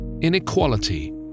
inequality